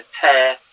tear